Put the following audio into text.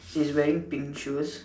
she's wearing pink shoes